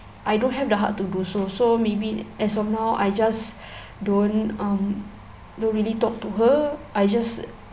I don't have the heart to do so so maybe as of now I just don't um don't really talk to her I just